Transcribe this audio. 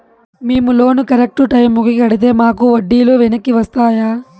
మేము loan correct టైముకి కట్టితే మాకు వడ్డీ లు వెనక్కి వస్తాయా?